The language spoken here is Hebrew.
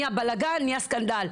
נהיה בלאגן ונהיה סקנדל.